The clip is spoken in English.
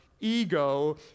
ego